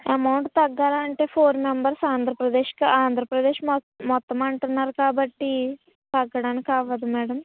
amount తగ్గాలంటే four members ఆంధ్రప్రదేశ్కి ఆంధ్రప్రదేశ్ మొత్తం అంటున్నారు కాబట్టి తగ్గడానికి అవ్వదు మేడం